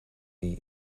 die